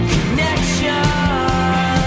Connection